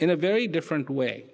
in a very different way